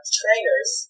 trainers